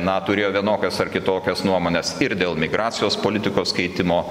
na turėjo vienokias ar kitokias nuomones ir dėl migracijos politikos keitimo